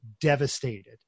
Devastated